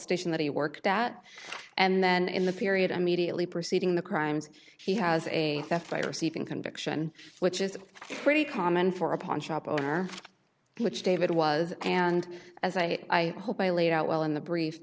station that he worked at and then in the period immediately preceding the crimes he has a theft by receiving conviction which is pretty common for a pawnshop owner which david was and as i hope i laid out well in the brief